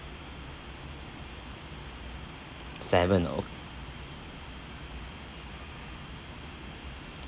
seven ok~